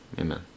Amen